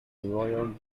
royal